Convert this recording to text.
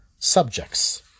Subjects